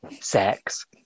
sex